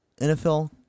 NFL